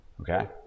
Okay